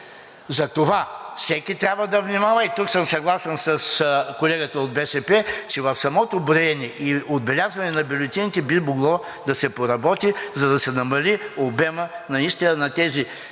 Затова всеки трябва да внимава, и тук съм съгласен с колегата от БСП, че в самото броене и отбелязване на бюлетините би могло да се поработи, за да се намали обемът наистина на